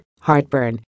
heartburn